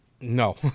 No